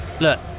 look